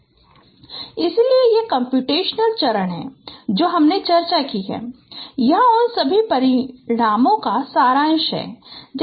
𝐶 −𝑀−1𝑚 𝐶′ −𝑀′−1𝑚′ 𝑑𝑥 𝑀−1𝑥 𝑑𝑥′ 𝑀′−1𝑥′ 𝑑𝑖𝑟𝑒𝑐𝑡𝑖𝑜𝑛 𝑐𝑜𝑠𝑖𝑛𝑒 𝑑𝑥𝑋𝑑𝑥′ इसलिए ये कम्प्यूटेशनल चरण हैं जो हमने चर्चा की और यहां उन सभी परिणामों का सारांश है